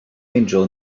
angel